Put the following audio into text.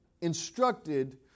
instructed